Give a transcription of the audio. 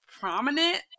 prominent